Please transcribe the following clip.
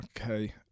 okay